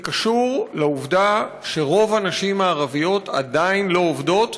זה קשור לעובדה שרוב הנשים הערביות עדיין לא עובדות,